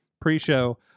pre-show